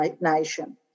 Nation